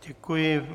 Děkuji.